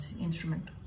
instrument